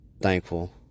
thankful